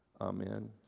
Amen